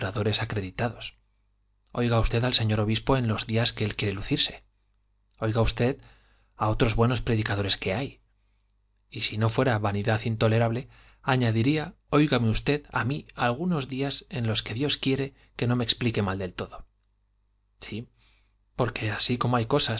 acreditados oiga usted al señor obispo en los días que él quiere lucirse oiga usted a otros buenos predicadores que hay y si no fuera vanidad intolerable añadiría óigame usted a mí algunos días de los que dios quiere que no me explique mal del todo sí porque así como hay cosas